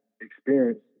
experience